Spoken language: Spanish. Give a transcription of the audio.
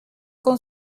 con